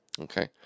Okay